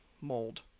mold